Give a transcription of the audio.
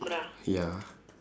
ya